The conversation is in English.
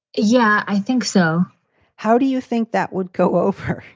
yeah, i think so how do you think that would go over her?